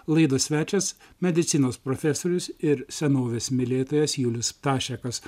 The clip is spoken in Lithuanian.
laidos svečias medicinos profesorius ir senovės mylėtojas julius ptašekas